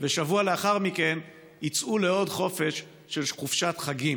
ושבוע לאחר מכן יצאו לעוד חופש של חופשת חגים.